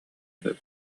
сөп